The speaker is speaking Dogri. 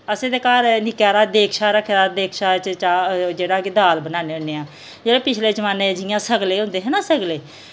असें ते घर निक्का हारा देचका रक्खे दा देचके च चाह् जेह्ड़ा कि दाल बनान्ने होन्ने आं जेह्ड़े पिछले जमाने च जि'यां संगले होंदे हे ना सगले